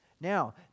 Now